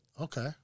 Okay